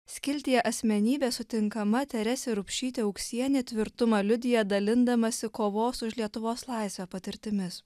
skiltyje asmenybė sutinkama teresė rubšytė uksienė tvirtumą liudija dalindamasi kovos už lietuvos laisvę patirtimis